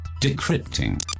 decrypting